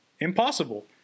impossible